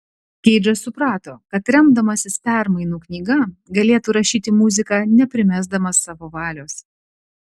keidžas suprato kad remdamasis permainų knyga galėtų rašyti muziką neprimesdamas savo valios